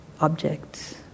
objects